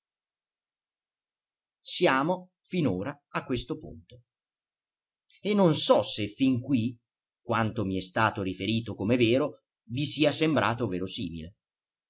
siamo finora a questo punto e non so se fin qui quanto mi è stato riferito come vero vi sia sembrato verosimile